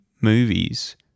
movies